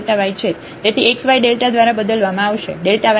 તેથી xy દ્વારા બદલવામાં આવશે y ટર્મ છે